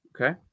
Okay